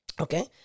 Okay